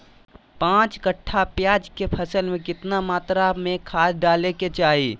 पांच कट्ठा प्याज के फसल में कितना मात्रा में खाद डाले के चाही?